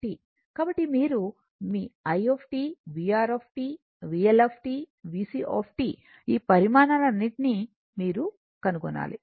కాబట్టి మీరు మీ i vR VL VC ఈ పరిమాణాలన్నింటినీ మీరుకనుగొనాలి